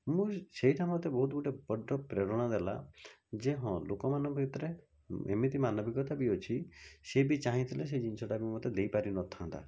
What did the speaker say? ମୁଁ ସେଇଟା ମୋତେ ବହୁତ ଗୋଟେ ବଡ଼ ପ୍ରେରଣା ଦେଲା ଯେ ହଁ ଲୋକମାନଙ୍କ ଭିତରେ ଏମିତି ମାନବିକତା ବି ଅଛି ସେ ବି ଚାହିଁଥିଲେ ସେ ଜିନିଷଟାକୁ ବି ମୋତେ ଦେଇ ପାରିନଥାନ୍ତା